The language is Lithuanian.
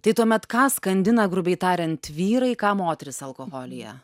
tai tuomet ką skandina grubiai tariant vyrai ką moterys alkoholyje